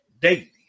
daily